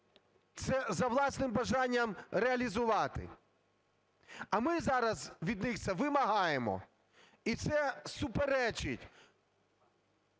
за власним бажанням реалізувати, а ми зараз від них це вимагаємо. І це суперечить